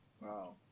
Wow